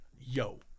yo